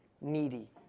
needy